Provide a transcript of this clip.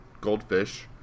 goldfish